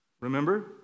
Remember